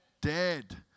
dead